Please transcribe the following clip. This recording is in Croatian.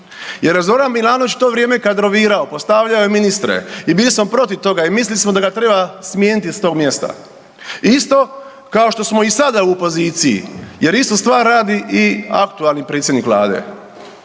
je Zoran Milanović u to vrijeme kadrovirao, postavljao je ministre i bili smo protiv toga i mislili smo da ga treba smijeniti s tog mjesta, isto kao što smo i sada u poziciji jer istu stvar radi i aktualni predsjednik vlade.